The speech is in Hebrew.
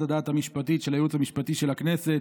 הדעת המשפטית של הייעוץ המשפטי של הכנסת